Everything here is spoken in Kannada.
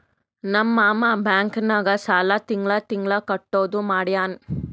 ನಮ್ ಮಾಮಾ ಬ್ಯಾಂಕ್ ನಾಗ್ ಸಾಲ ತಿಂಗಳಾ ತಿಂಗಳಾ ಕಟ್ಟದು ಮಾಡ್ಯಾನ್